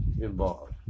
involved